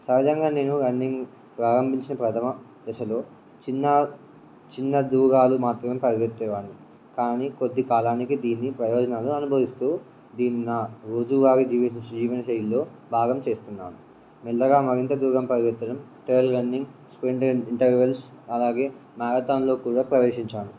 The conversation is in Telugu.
సహజంగా నేను రన్నింగ్ ప్రారంభించిన ప్రథమ దశలో చిన్న చిన్న దూరాలు మాత్రమే పరిగెత్తే వాడిని కానీ కొద్ది కాలానికి దీన్ని ప్రయోజనాలు అనుభవిస్తు దీని నా రోజువారీ జీవిత జీవనశైలిలో భాగం చేస్తున్నాను మెల్లగా మరింత దూరం పరిగెత్తడం ట్రయిల్ రన్నింగ్ స్వింగ్ ఇంటర్వెల్స్ అలాగే మ్యారథాన్లో కూడా ప్రవేశించాను